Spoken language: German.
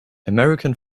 american